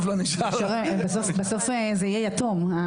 בסוף זה יהיה יתום.